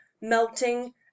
melting